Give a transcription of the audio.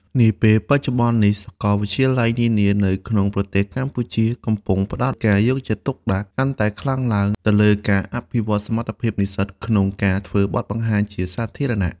នាពេលបច្ចុប្បន្ននេះ សាកលវិទ្យាល័យនានានៅក្នុងប្រទេសកម្ពុជាកំពុងផ្តោតការយកចិត្តទុកដាក់កាន់តែខ្លាំងឡើងទៅលើការអភិវឌ្ឍសមត្ថភាពនិស្សិតក្នុងការធ្វើបទបង្ហាញជាសាធារណៈ។